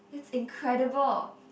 it's incredible